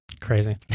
Crazy